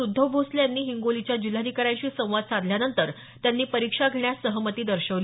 उद्धव भोसले यांनी हिंगोलीच्या जिल्हाधिकाऱ्यांशी संवाद साधल्यानंतर त्यांनी परीक्षा घेण्यास सहमती दर्शवली